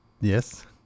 Yes